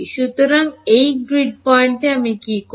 সুতরাং এই গ্রিড পয়েন্টে আমি কী করব